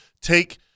Take